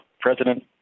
President